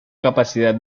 capacidad